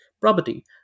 property